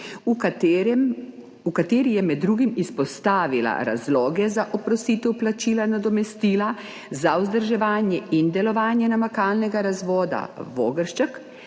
v kateri je med drugim izpostavila razloge za oprostitev plačila nadomestila za vzdrževanje in delovanje namakalnega razvoda Vogršček,